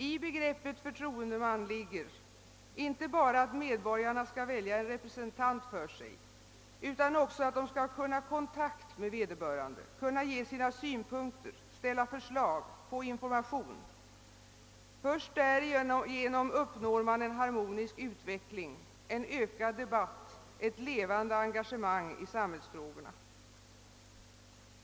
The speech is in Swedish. I begreppet förtroendeman ligger inte bara att medborgarna skall välja en representant för sig, utan också att de skall kunna hålla kontakt med vederbörande, kunna framföra sina synpunkter, ställa förslag och få information. Först därigenom uppnår man en harmonisk utveckling, en ökad debatt och ett levande engagemang i samhällsfrågorna.